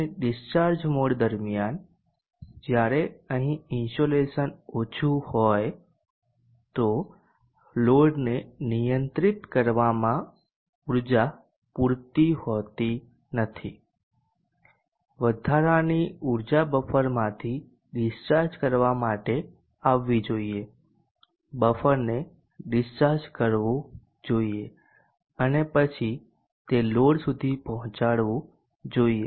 અને discharge mode દરમિયાન જ્યારે અહીં ઇન્સોલેશન ઓછું હોય તો લોડને નિયંત્રિત કરવામાં ઉર્જા પૂરતી હોતી નથી વધારાની ઉર્જા બફરમાંથી ડિસ્ચાર્જ કરવા માટે આવવી જોઈએ બફરને ડિસ્ચાર્જ કરવું જોઈએ અને પછી તે લોડ સુધી પહોંચાડવું જોઈએ